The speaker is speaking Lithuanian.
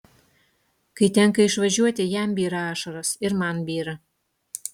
kai tenka išvažiuoti jam byra ašaros ir man byra